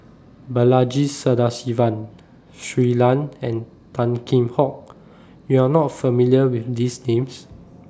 Balaji Sadasivan Shui Lan and Tan Kheam Hock YOU Are not familiar with These Names